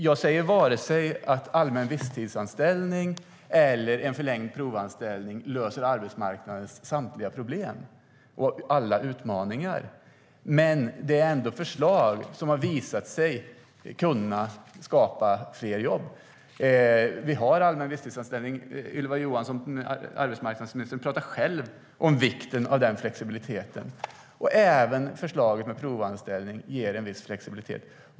Jag säger inte att vare sig allmän visstidsanställning eller förlängd provanställning löser arbetsmarknadens samtliga problem eller utmaningar. Men det är förslag som har visat sig kunna skapa fler jobb. Vi har allmän visstidsanställning. Ylva Johansson talar själv om vikten av den flexibiliteten. Även förslaget om provanställning ger en viss flexibilitet.